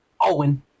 owen